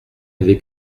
avait